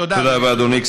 תודה, אדוני.